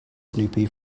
snoopy